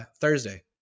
Thursday